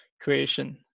creation